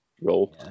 role